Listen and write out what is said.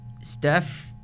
Steph